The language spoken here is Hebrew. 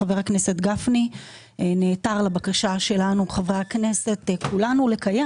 חבר הכנסת גפני נעתר לבקשה שלנו חברי הכנסת כולנו לקיים,